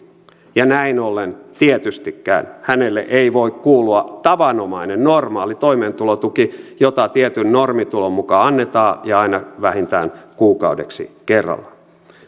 ja näin ollen tietystikään hänelle ei voi kuulua tavanomainen normaali toimeentulotuki jota tietyn normitulon mukaan annetaan ja aina vähintään kuukaudeksi kerrallaan